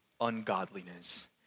ungodliness